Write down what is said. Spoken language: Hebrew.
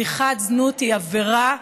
צריכת זנות היא עבירה,